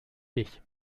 dich